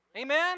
amen